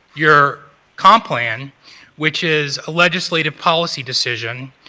your con-plan which is a legislative policy decision.